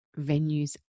venues